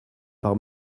par